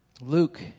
Luke